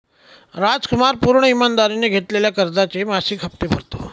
रामकुमार पूर्ण ईमानदारीने घेतलेल्या कर्जाचे मासिक हप्ते भरतो